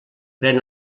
pren